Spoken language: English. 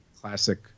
classic